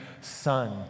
Son